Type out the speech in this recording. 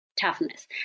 toughness